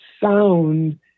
sound